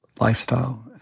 lifestyle